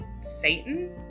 Satan